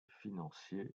financiers